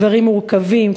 שברים מורכבים,